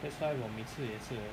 that's why 我每次也是